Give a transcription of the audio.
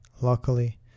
luckily